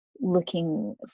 looking